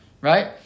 right